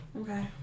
Okay